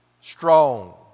strong